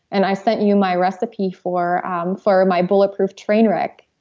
and i sent you my recipe for um for my bulletproof train-wreck